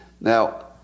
Now